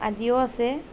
আদিও আছে